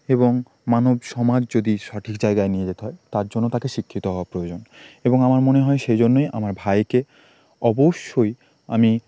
এবং মানব সমাজ যদি সঠিক জায়গায় নিয়ে যেতে হয় তার জন্য তাকে শিক্ষিত হওয়া প্রয়োজন এবং আমার মনে হয় সেই জন্যই আমার ভাইকে অবশ্যই আমি